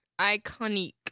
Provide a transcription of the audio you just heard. iconic